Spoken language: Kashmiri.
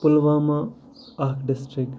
پُلواما اکھ ڈِسٹرک